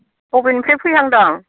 बबेनिफ्राइ फैहांदों